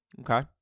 Okay